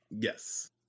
Yes